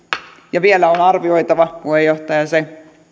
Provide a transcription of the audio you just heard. ja vielä on arvioitava puheenjohtaja se